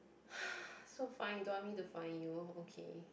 so fine you don't want me to find you okay